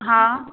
हा